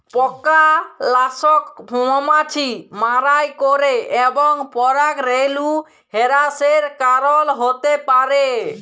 পকালাসক মমাছি মারাই ক্যরে এবং পরাগরেলু হেরাসের কারল হ্যতে পারে